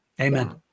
Amen